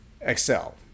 excel